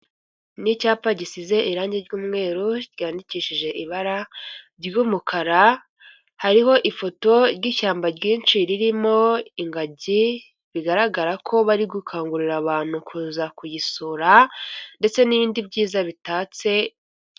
Ni icyapa gisize irangi ry'umweru ryandikishije ibara ry'umukara hariho ifoto ry'ishyamba ryinshi ririmo ingagi bigaragara ko bari gukangurira abantu kuza kuyisura ndetse n'ibindi byiza bitatse.